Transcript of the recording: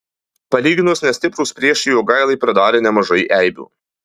palyginus nestiprūs priešai jogailai pridarė nemažai eibių